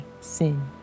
sin